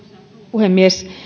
puhemies